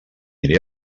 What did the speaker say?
aniré